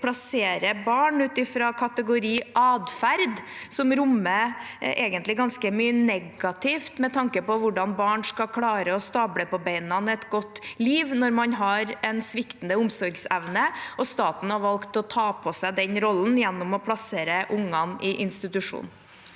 plasserer barn ut fra kategorien adferd, som egentlig rommer ganske mye negativt med tanke på hvordan barn skal klare å stable på bena et godt liv ved sviktende omsorgsevne, og staten har valgt å ta på seg den rollen gjennom å plassere ungene i institusjon.